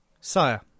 Sire